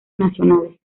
nacionales